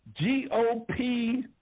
GOP